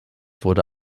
wurde